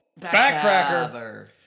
backcracker